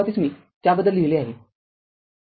सुरुवातीस मी त्याबद्दल लिहिले आहे